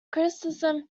criticism